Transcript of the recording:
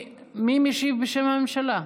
מי משיב בשם הממשלה?